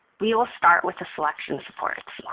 we will start with the selection supports.